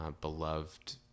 beloved